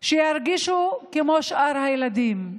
שירגישו כמו שאר הילדים.